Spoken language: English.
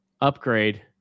upgrade